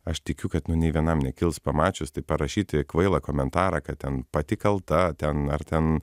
aš tikiu kad nu nei vienam nekils pamačius tai parašyti kvailą komentarą kad ten pati kalta ten ar ten